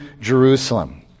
Jerusalem